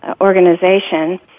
organization